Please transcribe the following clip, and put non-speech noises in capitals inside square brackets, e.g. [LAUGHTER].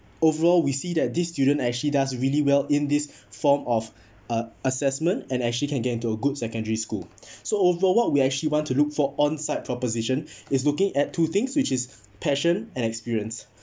overall we see that these students actually does really well in this form of uh assessment and actually can get into a good secondary school [BREATH] so overall we actually want to look for onsite proposition [BREATH] is looking at two things which is passion and experience